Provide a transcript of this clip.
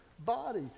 Body